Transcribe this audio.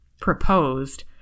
proposed